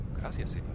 Gracias